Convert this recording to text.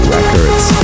Records